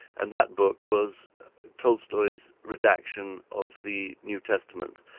and that book was tolstoy's redaction of the new testament,